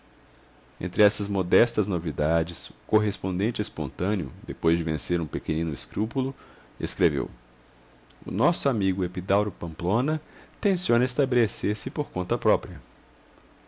entre essas modestas novidades o correspondente espontâneo depois de vencer um pequenino escrúpulo escreveu o nosso amigo epidauro pamplona tenciona estabelecer-se por conta própria